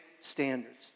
standards